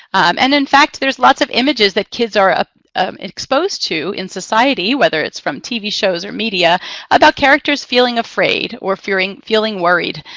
and in fact, there's lots of images that kids are ah um exposed to in society whether it's from tv shows or media about characters feeling afraid or feeling feeling worried.